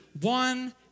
one